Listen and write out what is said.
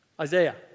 Isaiah